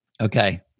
Okay